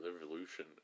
revolution